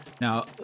Now